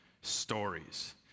stories